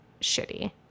shitty